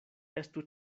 estu